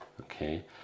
okay